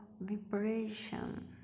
vibration